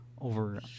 over